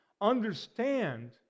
understand